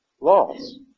laws